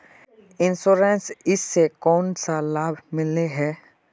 Insurance इस से कोन सा लाभ मिले है?